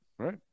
Right